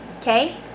okay